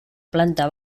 planta